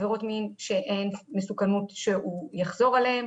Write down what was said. עבירות מין שאין מסוכנות שהוא יחזור עליהן.